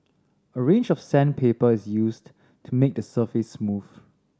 a range of sandpaper is used to make the surface smooth